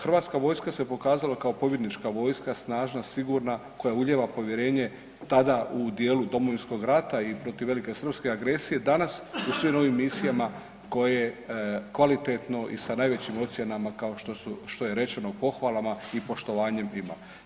Hrvatska vojska se pokazala kao pobjednička vojska, snažna, sigurna koja ulijeva povjerenje tada u dijelu Domovinskog rata i proti velike srpske agresije, danas u svim ovim misijama koje kvalitetno i sa najvećim ocjenama što je rečeno u pohvalama i poštovanjem ima.